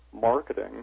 marketing